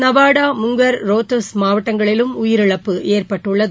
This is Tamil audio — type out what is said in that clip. நவாடா முங்கள் ரோத்தஸ் மாவட்டங்களிலும் உயிரிழப்பு ஏற்பட்டுள்ளது